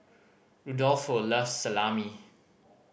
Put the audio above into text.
Rudolfo loves Salami